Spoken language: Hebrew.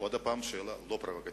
עוד פעם, זו שאלה לא פרובוקטיבית.